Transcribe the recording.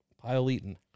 Pile-Eaten